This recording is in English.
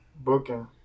booking